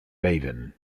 bevan